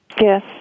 Yes